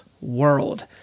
world